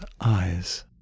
eyes